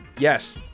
Yes